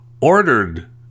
ordered